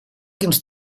quins